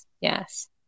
yes